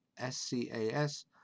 SCAS